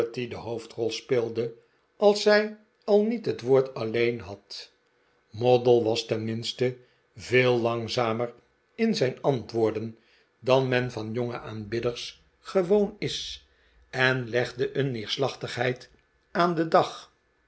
charity de hoofdrol speelde als zij al niet het woord alleen had moddle was tenminste veel langzamer in zijn antwoorden dan men van jonge aanbidders gewoon is en legde een neerslachtigheid aan den dag